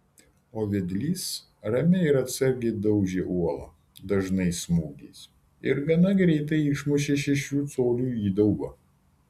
o vedlys ramiai ir atsargiai daužė uolą dažnais smūgiais ir gana greitai išmušė šešių colių įdubą